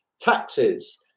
Taxes